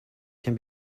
can